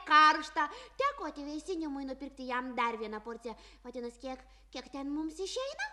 karšta teko atvėsinimui nupirkti jam dar vieną porciją vadinasi kiek kiek ten mums išeina